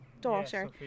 daughter